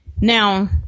Now